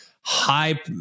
high